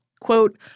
Quote